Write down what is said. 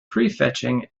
prefetching